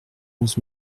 onze